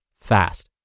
fast